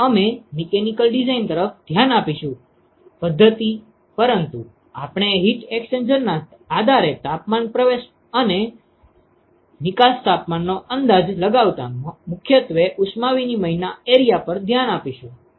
તેથી અમે mechanical design તરફ ધ્યાન આપીશું પદ્ધતિ પરંતુ આપણે હીટ એક્સ્ચેન્જરના આધારે તાપમાન પ્રવેશ પ્રારંભિક અને નિકાસતાપમાનનો અંદાજ લગાવતા મુખ્યત્વે ઉષ્મા વિનીમયના એરીયા પર ધ્યાન આપીશું